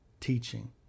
teaching